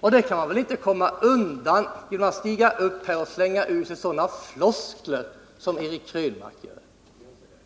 Och det kan man väl inte komma undan genom att stiga upp här och slänga ur sig sådana floskler som Eric Krönmark kommer med.